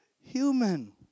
human